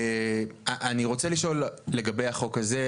אני רוצה לשאול לגבי החוק הזה,